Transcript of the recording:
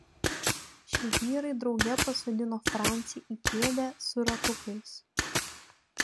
šie vyrai drauge pasodino francį į kėdę su ratukais